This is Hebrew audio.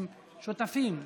הם שותפים,